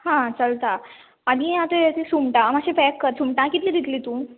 आं चलता आनी येते सुंगटां मातशी पेक कर सुंगटां कितली दितली तूं